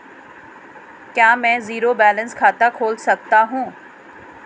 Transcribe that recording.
क्या मैं zero balance खाता खोल सकता हूँ?